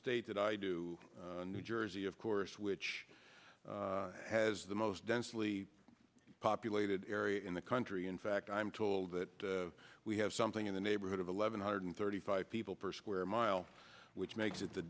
state that i do new jersey of course which has the most densely populated area in the country in fact i'm told that we have something in the neighborhood of eleven hundred thirty five people per square mile which makes it the